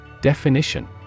Definition